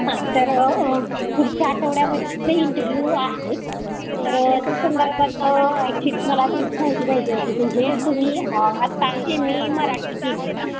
हां तर पुढच्या आठवड्यामध्ये इंटरवू आहे तर त्या संदर्भात ॲक्चुली मला तुमची माहिती पाहिजे होती म्हणजे तुम्ही आता एम ए मराठी केलं आहे ना